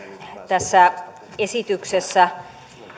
tässä esityksessä